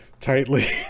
tightly